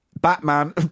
Batman